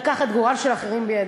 לקחת גורל של אחרים בידיהם.